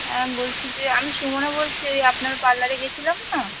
হ্যাঁ বলছি যে আমি সুমনা বলছি ওই আপনার পার্লারে গিয়েছিলাম না